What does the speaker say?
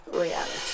reality